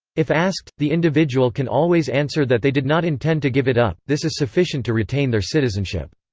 if asked, the individual can always answer that they did not intend to give it up this is sufficient to retain their citizenship.